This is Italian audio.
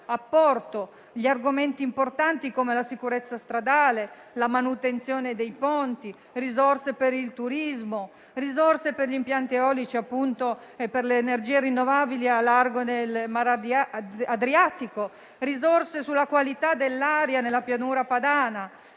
apporto, con argomenti importanti come la sicurezza stradale, la manutenzione dei ponti, le risorse per il turismo, per gli impianti eolici, per le energie rinnovabili a largo del mar Adriatico, per la qualità dell'aria nella Pianura padana.